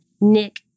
nick